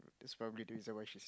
that's probably the reason why she's